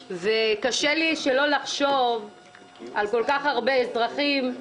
קשה לי שלא לחשוב על כל כך הרבה אזרחים,